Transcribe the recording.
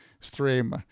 stream